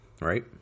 right